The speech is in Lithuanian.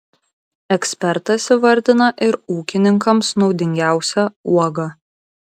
ekspertas įvardina ir ūkininkams naudingiausią uogą